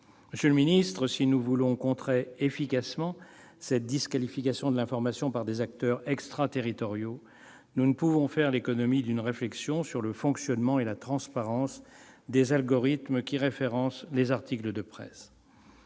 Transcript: Monsieur le ministre, si nous voulons contrer efficacement cette disqualification de l'information par des acteurs extraterritoriaux, nous ne pouvons faire l'économie d'une réflexion sur le fonctionnement et la transparence des algorithmes qui référencent les articles de presse.